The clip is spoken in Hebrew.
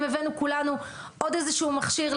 אם הבאנו כולנו עוד איזשהו מכשיר,